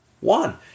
One